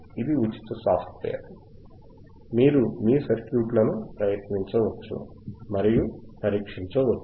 ఇది ఉచిత సాఫ్ట్వేర్ మీరు మీ సర్క్యూట్లను ప్రయత్నించవచ్చు మరియు పరీక్షించవచ్చు